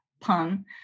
pun